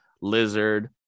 Lizard